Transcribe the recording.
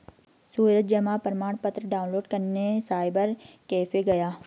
सूरज जमा प्रमाण पत्र डाउनलोड करने साइबर कैफे गया